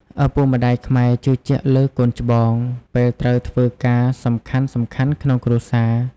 ឪពុកម្តាយខ្មែរជឿជាក់លើកូនច្បង ពេលត្រូវធ្វើការសំខាន់ៗក្នុងគ្រួសារ។